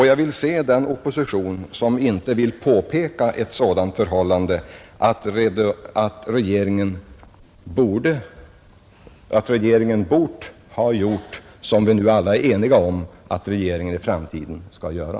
Jag vill se den opposition som inte skulle påpeka det förhållandet att regeringen borde ha gjort vad vi nu alla är eniga om att regeringen i framtiden skall göra.